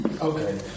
Okay